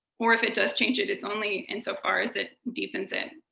or if it does change it, it's only insofar as it deepens it,